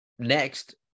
Next